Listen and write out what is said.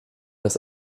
das